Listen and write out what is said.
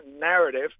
narrative